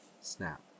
snap